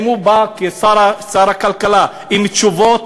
האם הוא בא כשר הכלכלה עם תשובות?